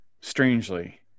strangely